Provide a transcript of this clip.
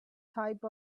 type